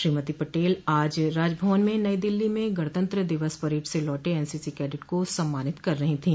श्रीमती पटेल आज राजभवन में नई दिल्ली में गणतंत्र दिवस परेड से लौटे एनसीसी कैडिट को सम्मानित कर रही थी